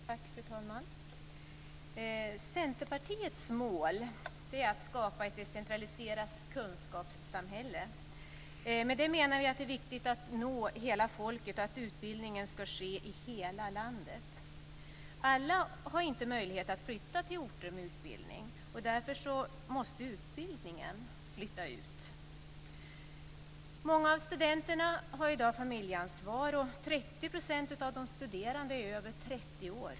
Fru talman! Centerpartiets mål är att skapa ett decentraliserat kunskapssamhälle. Med det menar vi att det är viktigt att nå hela folket och att utbildningen ska ske i hela landet. Alla har inte möjlighet att flytta till orter med utbildning. Därför måste utbildningen flytta ut. Många av studenterna har i dag familjeansvar, och 30 % av de studerande är över 30 år.